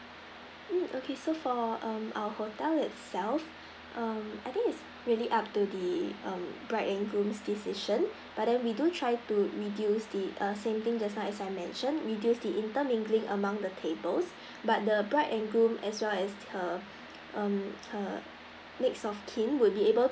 mm okay so for um our hotel itself um I think is really up to the um brides and grooms decision but then we do try to reduce the err same thing just now as I mentioned reduce the inter mingling among the tables but the bride and groom as well as her mm her next of kin would be able